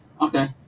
Okay